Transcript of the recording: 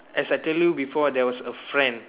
as I tell you before there was a friend